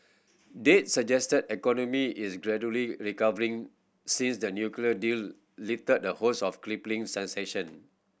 data suggest economy is gradually recovering since the nuclear deal lifted the host of crippling sanction